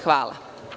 Hvala.